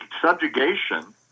subjugation